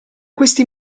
questi